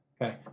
Okay